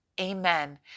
Amen